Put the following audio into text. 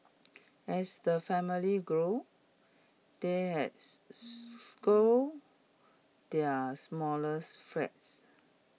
as the family grew they had their smaller flats